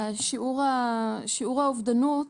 השיעור האובדנות